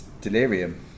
Delirium